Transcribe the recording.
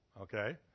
okay